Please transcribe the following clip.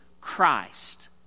Christ